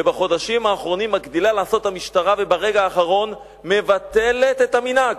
ובחודשים האחרונים מגדילה לעשות המשטרה וברגע האחרון מבטלת את המנהג.